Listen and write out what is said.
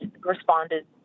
responded